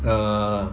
err